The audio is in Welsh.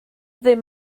ddim